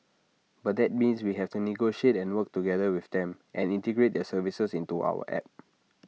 but that means we have to negotiate and work together with them and integrate their services into our app